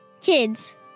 kids